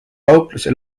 kaupluse